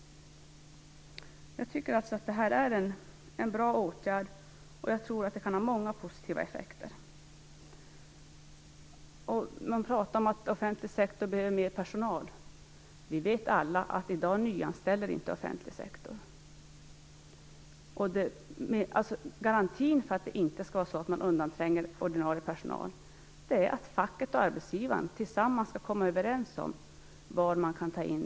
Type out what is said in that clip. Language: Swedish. Jag tycker alltså att det här är en bra åtgärd, och jag tror att den kan få många positiva effekter. Det talas om att offentlig sektor behöver mer personal. Vi vet alla att offentlig sektor inte nyanställer i dag. Garantin för att ordinarie personal inte undanträngs är att facket och arbetsgivaren tillsammans kommer överens om var människorna kan tas in.